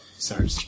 Sorry